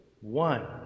one